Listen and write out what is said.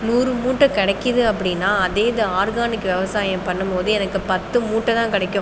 நூறு மூட்டை கிடக்குது அப்படின்னா அதேதான் ஆர்கானிக் விவசாயம் பண்ணும் போது எனக்கு பத்து மூட்டை தான் கிடக்கும்